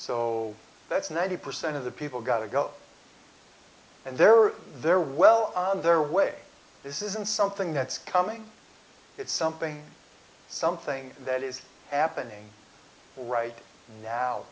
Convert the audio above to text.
so that's ninety percent of the people got to go and there are they're well on their way this isn't something that's coming it's something something that is happening right now